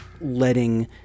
letting